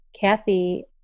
Kathy